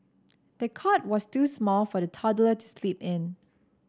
the cot was too small for the toddler to sleep in